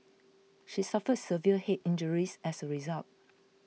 she suffered severe head injuries as a result